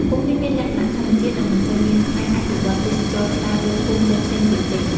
ភូមិនេះមានលក្ខណៈធម្មជាតិ និងមិនសូវមានការអភិវឌ្ឍន៍ទេសចរណ៍ច្រើនដូចភូមិផ្សេងៗទៀតទេ។